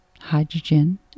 hydrogen